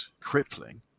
crippling